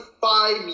five